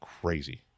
crazy